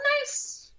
nice